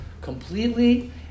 completely